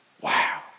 Wow